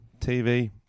TV